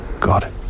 God